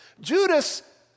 Judas